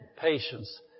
Patience